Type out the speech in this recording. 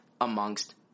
amongst